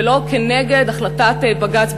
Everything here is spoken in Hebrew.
ולא כנגד החלטת בג"ץ,